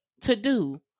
to-do